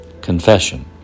Confession